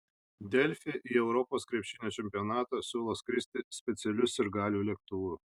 delfi į europos krepšinio čempionatą siūlo skristi specialiu sirgalių lėktuvu